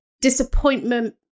disappointment